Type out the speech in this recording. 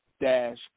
dash